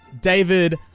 David